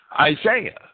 Isaiah